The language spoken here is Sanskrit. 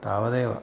तावदेव